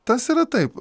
tas yra taip